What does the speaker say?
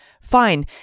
Fine